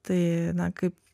tai na kaip